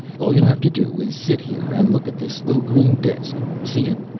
all you have to do is sit here and look at this little green disk, see it?